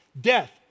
death